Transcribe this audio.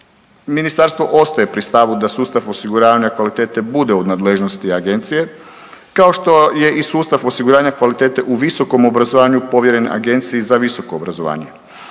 Ministarstvo ostaje pri stavu da sustav osiguravanja kvalitete bude u nadležnosti Agencije, kao što je i sustav osiguranja kvalitete u visokom obrazovanju povjeren Agenciji za visoko obrazovanje.